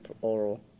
oral